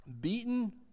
beaten